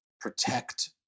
protect